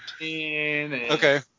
Okay